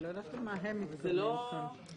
אני לא יודעת למה הם מתכוונים פה.